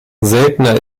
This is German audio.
seltener